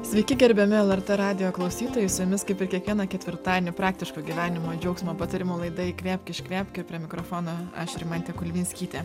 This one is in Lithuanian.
sveiki gerbiami lrt radijo klausytojai su jumis kaip ir kiekvieną ketvirtadienį praktiško gyvenimo džiaugsmo patarimų laida įkvėpk iškvėpk prie mikrofono aš rimantė kulvinskytė